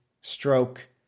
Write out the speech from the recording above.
stroke